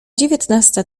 dziewiętnasta